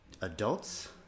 adults